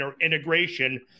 integration